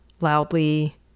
loudly